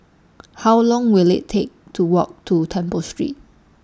How Long Will IT Take to Walk to Temple Street